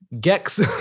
gex